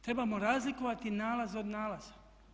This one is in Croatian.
Trebamo razlikovati nalaz od nalaza.